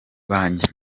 banki